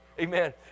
amen